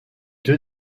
deux